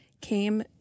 came